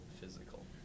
physical